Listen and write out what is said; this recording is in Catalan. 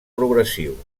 progressiu